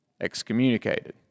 Excommunicated